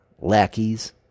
lackeys